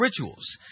rituals